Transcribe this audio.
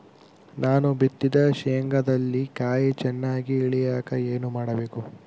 ನಾನು ಬಿತ್ತಿದ ಶೇಂಗಾದಲ್ಲಿ ಕಾಯಿ ಚನ್ನಾಗಿ ಇಳಿಯಕ ಏನು ಮಾಡಬೇಕು?